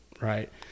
right